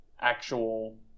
actual